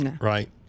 Right